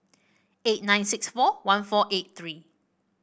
eight nine six four one four eight three